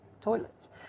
toilets